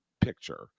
picture